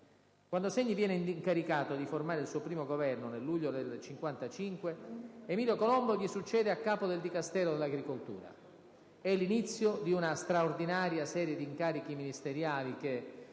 Quando Segni viene incaricato di formare il suo primo Governo, nel luglio del 1955, Emilio Colombo gli succede a capo del Dicastero dell'agricoltura: è l'inizio di una straordinaria serie di incarichi ministeriali che,